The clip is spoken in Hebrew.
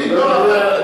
בין יולי לאוקטובר.